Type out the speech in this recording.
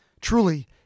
truly